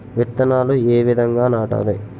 విత్తనాలు ఏ విధంగా నాటాలి?